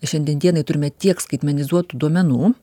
šiandien dienai turime tiek skaitmenizuotų duomenų